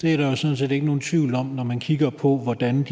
Det er der sådan set ikke nogen tvivl om, når man kigger på, hvordan